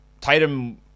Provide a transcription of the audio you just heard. Tatum